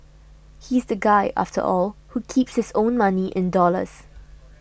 he's the guy after all who keeps his own money in dollars